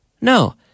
No